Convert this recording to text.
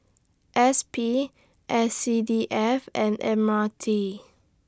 S P S C D F and M R T